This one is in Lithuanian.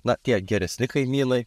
na tie geresni kaimynai